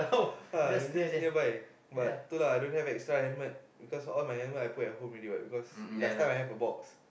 uh it's just nearby but good lah I don't have extra helmet because all my helmet I put at home already what because last time I have a box